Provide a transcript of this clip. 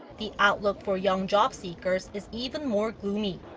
the outlook for young jobseekers is even more gloomy.